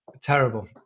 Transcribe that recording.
terrible